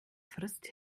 frisst